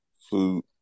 food